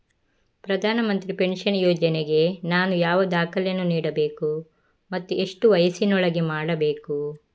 ಪ್ರಧಾನ ಮಂತ್ರಿ ಪೆನ್ಷನ್ ಯೋಜನೆಗೆ ನಾನು ಯಾವ ದಾಖಲೆಯನ್ನು ನೀಡಬೇಕು ಮತ್ತು ಎಷ್ಟು ವಯಸ್ಸಿನೊಳಗೆ ಮಾಡಬೇಕು?